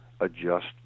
adjust